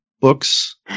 books